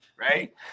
right